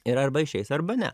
ir arba išeis arba ne